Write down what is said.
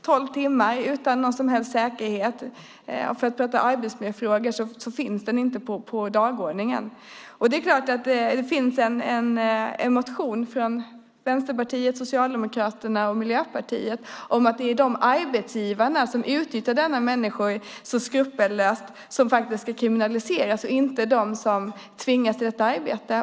Tolv timmar utan någon som helst säkerhet, för att prata arbetsmiljöfrågor - de finns inte på dagordningen. Det finns en motion från Vänsterpartiet, Socialdemokraterna och Miljöpartiet om att det är de arbetsgivare som utnyttjar dessa människor så skrupelfritt som ska kriminaliseras, och inte de som tvingas till detta arbete.